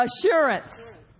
assurance